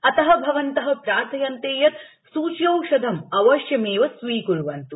अतः भवन्तः प्रार्थ्यन्ते यत् सूच्यौषधम् अवश्यमेव स्वीकुर्वन्तु